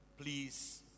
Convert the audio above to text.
please